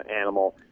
animal